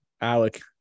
Alec